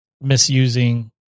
misusing